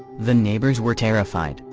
the neighbors were terrified,